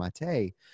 Mate